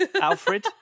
alfred